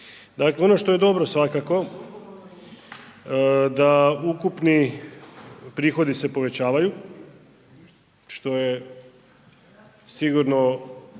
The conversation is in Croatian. godine. Ono što je dobro svakako da ukupni prihodi se povećavaju, što je sigurno